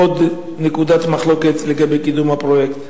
עוד נקודת מחלוקת לגבי קידום הפרויקט.